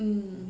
mm